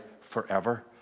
Forever